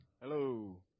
Hello